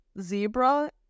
zebra